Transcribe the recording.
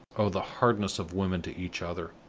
oh, the hardness of women to each other!